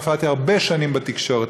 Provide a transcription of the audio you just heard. הופעתי הרבה שנים בתקשורת.